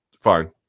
fine